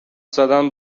زدن